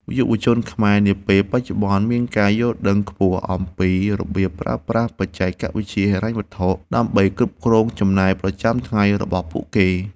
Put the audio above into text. យុវជនខ្មែរនាពេលបច្ចុប្បន្នមានការយល់ដឹងខ្ពស់អំពីរបៀបប្រើប្រាស់បច្ចេកវិទ្យាហិរញ្ញវត្ថុ ដើម្បីគ្រប់គ្រងចំណាយប្រចាំថ្ងៃរបស់ពួកគេ។